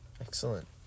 Excellent